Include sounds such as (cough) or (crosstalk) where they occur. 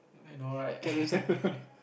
I know right (laughs)